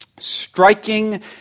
striking